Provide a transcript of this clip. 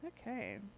Okay